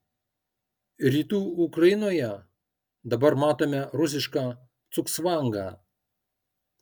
rytų ukrainoje dabar matome rusišką cugcvangą